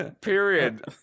Period